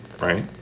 right